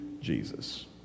Jesus